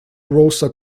rosa